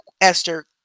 Esther